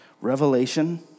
Revelation